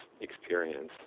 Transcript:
experience